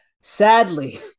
Sadly